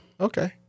Okay